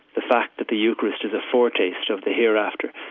the fact that the eucharist is a foretaste of the hereafter,